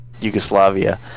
Yugoslavia